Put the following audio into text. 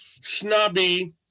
snobby